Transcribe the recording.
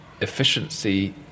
efficiency